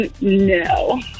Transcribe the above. No